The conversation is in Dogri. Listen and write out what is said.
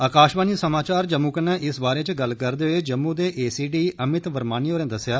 आकाशवाणी समाचार जम्मू कन्नै इस बारे च गल्ल करदे होई जम्मू दे एसीडी अमित वरमानी होरें दस्सेआ